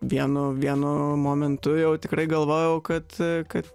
vienu vienu momentu jau tikrai galvojau kad